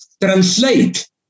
translate